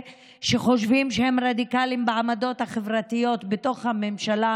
שחושבים שהם רדיקליים בעמדות החברתיות בתוך הממשלה